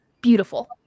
beautiful